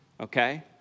okay